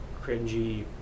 cringy